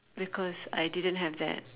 because I didn't have that